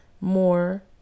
more